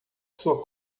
sua